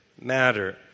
matter